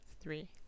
three